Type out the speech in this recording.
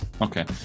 Okay